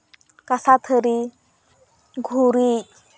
ᱠᱟᱥᱟᱛᱷᱟᱨᱤ ᱜᱩᱨᱤᱡ